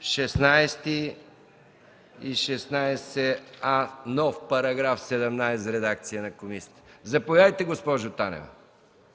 16 и 16а, нов § 17 в редакция на комисията. Заповядайте, госпожо Танева.